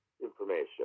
information